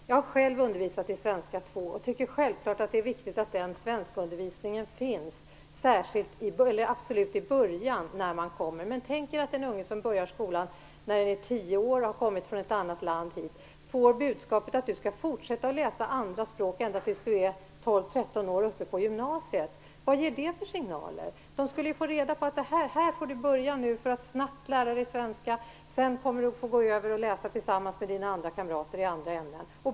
Jag har själv undervisat i svenska 2 och tycker självfallet att det är viktigt att den svenskundervisningen finns, speciellt i början när man kommer hit. Men tänk er att en unge som börjar skolan när han är tio år och har kommit hit från ett annat land får budskapet att han skall fortsätta att läsa andra språk ända tills han går uppe på gymnasiet. Vad ger det för signaler? Han skulle ju få reda på att han får börja där för att snabbt lära sig svenska. Sedan kommer han att få gå över och läsa tillsammans med sina andra kamrater i andra ämnen.